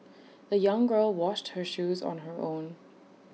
the young girl washed her shoes on her own